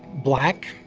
black.